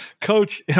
Coach